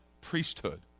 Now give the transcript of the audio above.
priesthood